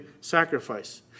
sacrifice